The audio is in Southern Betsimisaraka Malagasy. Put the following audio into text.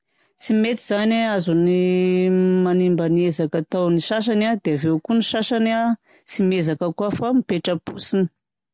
Tsy mety zany azon'ny manimba ny ezaka ataon'ny sasany a, dia aveo koa ny sasany a tsy miezaka akory fa mipetra-potsiny.